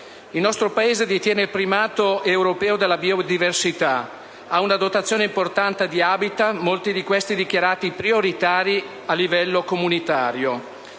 Il nostro Paese detiene il primato europeo nella biodiversità, ha una dotazione importante di *habitat*, molti di questi dichiarati prioritari a livello comunitario.